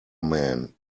man